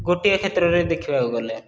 ଗୋଟିଏ କ୍ଷେତ୍ରରେ ଦେଖିବାକୁ ଗଲେ